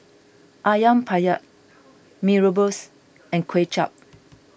Ayam Penyet Mee Rebus and Kway Chap